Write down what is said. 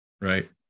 right